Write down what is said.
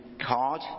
card